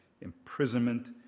imprisonment